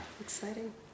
exciting